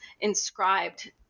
inscribed